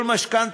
כל משכנתה